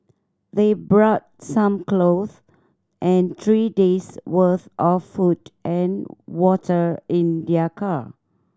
they brought some clothes and three day's worth of food and water in their car